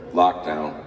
lockdown